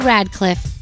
Radcliffe